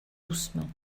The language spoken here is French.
doucement